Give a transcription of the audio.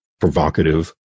provocative